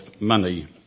money